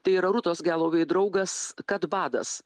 tai yra rūtos galovei draugas kadbadas